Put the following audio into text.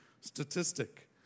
statistic